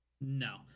No